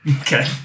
Okay